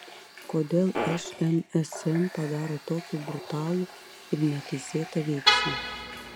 kodėl šmsm padarė tokį brutalų ir neteisėtą veiksmą